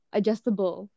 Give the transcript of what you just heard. Adjustable